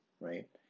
right